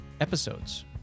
episodes